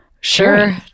Sure